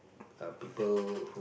um people